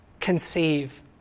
conceive